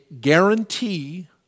guarantee